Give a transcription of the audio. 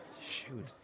Shoot